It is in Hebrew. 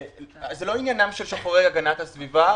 זה לא עניינם של שוחרי הגנת הסביבה,